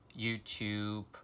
YouTube